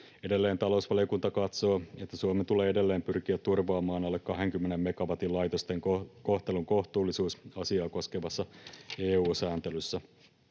Edelleen talousvaliokunta katsoo, että Suomen tulee edelleen pyrkiä turvaamaan alle 20 megawatin laitosten kohtelun kohtuullisuus asiaa koskevassa EU-sääntelyssä.